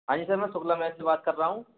हांजी सर मैं शुक्ला मेस से बात कर रहा हूँ